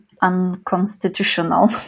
unconstitutional